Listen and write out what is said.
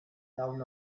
town